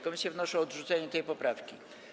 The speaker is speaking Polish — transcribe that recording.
Komisje wnoszą o odrzucenie tej poprawki.